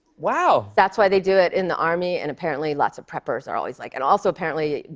wow. that's why they do it in the army, and, apparently, lots of preppers are always like and also, apparently,